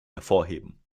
hervorheben